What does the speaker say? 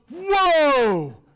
Whoa